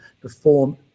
perform